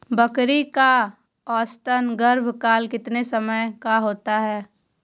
बकरी का औसतन गर्भकाल कितने समय का होता है?